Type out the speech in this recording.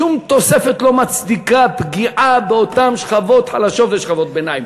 שום תוספת לא מצדיקה פגיעה באותן שכבות חלשות ושכבות ביניים.